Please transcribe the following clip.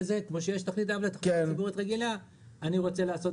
כפי שיש תוכנית-אב לתחבורה ציבורית רגילה אני רוצה לעשות